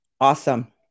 awesome